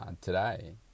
today